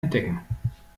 entdecken